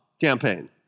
campaign